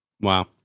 Wow